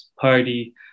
party